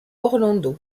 orlando